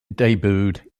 debuted